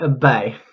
bye